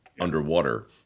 underwater